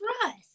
trust